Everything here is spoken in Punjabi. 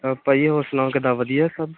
ਭਾਅ ਜੀ ਹੋਰ ਸੁਣਾਓ ਕਿੱਦਾਂ ਵਧੀਆ ਸਭ